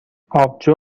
آبجو